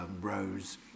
rose